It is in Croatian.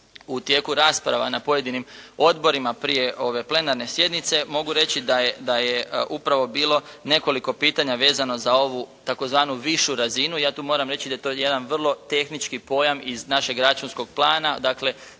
u tijeku rasprava na pojedinim odborima prije ove plenarne sjednice, mogu reći da je upravo bilo nekoliko pitanja vezano za ovu tzv. višu razinu. Ja tu moram reći da je to jedan vrlo tehnički pojam iz našeg računskog plana,